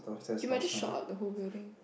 you might just shot out the whole building